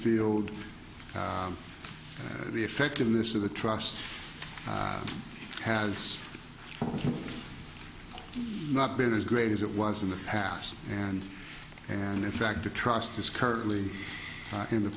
field the effectiveness of the trust has not been as great as it was in the past and and in fact the trust is currently in the